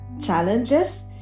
challenges